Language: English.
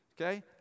Okay